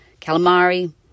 calamari